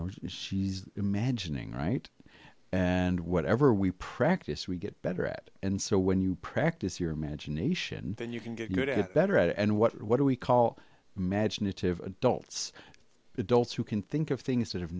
know she's imagining right and whatever we practice we get better at and so when you practice your imagination you can get good at better and what do we call imaginative adults adults who can think of things that have